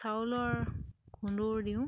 চাউলৰ খুন্দু দিওঁ